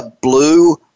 Blue